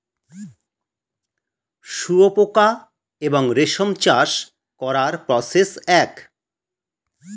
শুয়োপোকা এবং রেশম চাষ করার প্রসেস এক